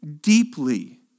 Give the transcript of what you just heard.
deeply